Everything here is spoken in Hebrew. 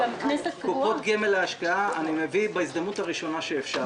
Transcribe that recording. קופות גמל להשקעה אביא בהזדמנות הראשונה שאפשר.